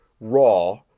Raw